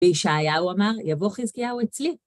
בישעיהו אמר, יבוא חזקיהו אצלי.